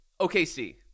OKC